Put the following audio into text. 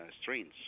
strains